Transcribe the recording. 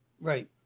Right